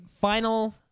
Final